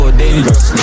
dangerous